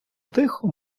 тихо